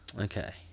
Okay